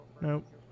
Nope